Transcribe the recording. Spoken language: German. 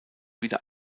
wieder